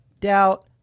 doubt